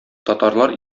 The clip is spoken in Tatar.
татарлар